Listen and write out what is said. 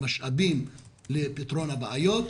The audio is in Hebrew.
ולתת משאבים לפתרון הבעיות.